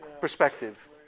perspective